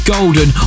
Golden